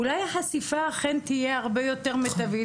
אולי החשיפה אכן תהיה הרב היותר מיטבית